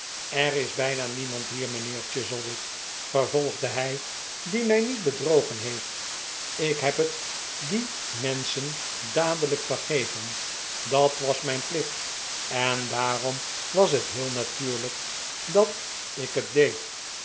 er is bijna niemand hier mijnheer chuzzlewit vervolgde hij die mij niet bedrogen heeft ik heb het die menschen dadelijk vergeven dat was mijn plicht en daarom was het heel natuurlijk dat ik het deed